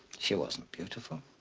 she wasn't beautiful.